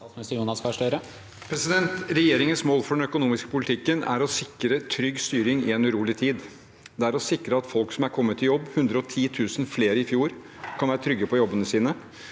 Regje- ringens mål for den økonomiske politikken er å sikre trygg styring i en urolig tid. Det er å sikre at folk som er kommet i jobb – 110 000 flere i fjor – kan være trygge for jobbene sine,